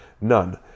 None